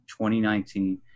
2019